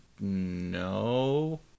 no